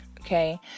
Okay